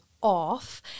off